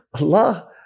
Allah